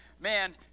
man